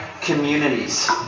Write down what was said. communities